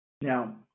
Now